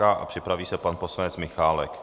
A připraví se pan poslanec Michálek.